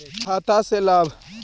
खाता से लाभ?